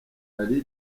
rallye